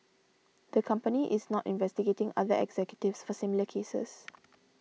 the company is not investigating other executives for similar cases